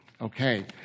Okay